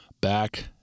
back